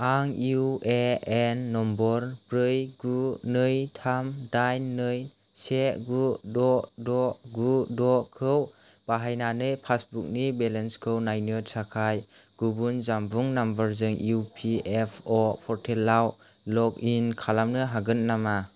आं U A N number ब्रै गु नै थाम दाइन नै से गु द' द' गु द' खौ बाहायनानै पासबुकनि बेलेन्सखौ नायनो थाखाय गुबुन जानबुं नम्बरजों इ पि एफ अ' पर्टेलाव लग इन खालामनो हागोन नामा